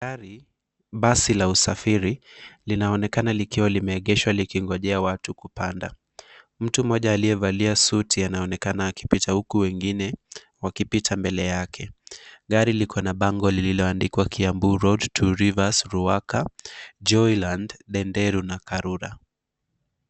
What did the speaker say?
Gari; basi la usafiri linaonekana likiwa limeegeshwa likingojea watu kupanda. Mtu mmoja aliyevalia suti anaonekana akipita, huku wengine wakipita mbele yake. Gari liko na bango lililoandikwa Kiambu Road, Two Rivers, Ruaka, Joyland, Ndenderu na Karura.